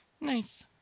Nice